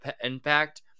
impact